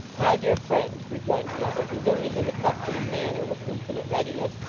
my dear friend rejoined the other, resuming his accustomed manner with infinite readiness,